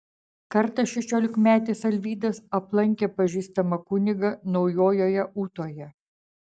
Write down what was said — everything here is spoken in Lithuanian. kartą šešiolikmetis alvydas aplankė pažįstamą kunigą naujojoje ūtoje